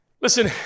Listen